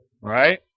right